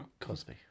Cosby